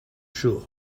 sure